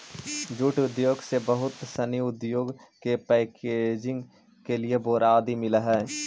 jute उद्योग से बहुत सनी उद्योग के पैकेजिंग के लिए बोरा आदि मिलऽ हइ